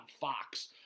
Fox